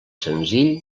senzill